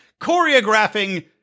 choreographing